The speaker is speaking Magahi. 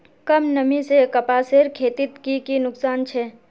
कम नमी से कपासेर खेतीत की की नुकसान छे?